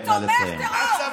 אתה תמכת בו.